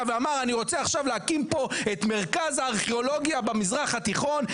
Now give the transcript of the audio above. ואמר: אני רוצה עכשיו להקים פה את מרכז הארכיאולוגיה במזרח התיכון,